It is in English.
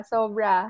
Sobra